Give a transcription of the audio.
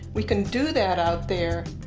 we can do that out there.